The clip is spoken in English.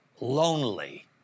lonely